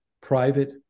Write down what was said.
private